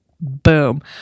Boom